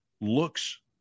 looks –